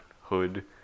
hood